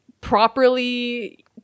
properly